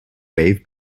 wave